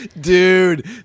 Dude